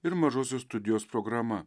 ir mažosios studijos programa